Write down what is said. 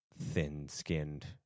thin-skinned